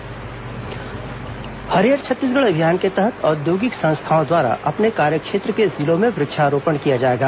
हरियर छत्तीसगढ़ अभियान हरियर छत्तीसगढ़ अभियान के तहत औद्योगिक संस्थाओं द्वारा अपने कार्यक्षेत्र के जिलों में वृक्षारोपण किया जाएगा